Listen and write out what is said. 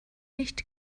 nicht